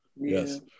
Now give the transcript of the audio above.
Yes